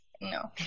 No